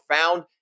found